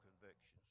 convictions